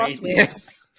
Yes